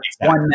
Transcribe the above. one